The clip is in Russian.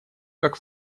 как